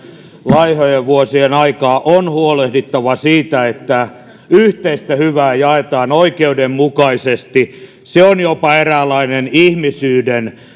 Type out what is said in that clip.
laihojen vuosien aikaa on huolehdittava siitä että yhteistä hyvää jaetaan oikeudenmukaisesti se on jopa eräänlainen ihmisyyden